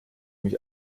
mich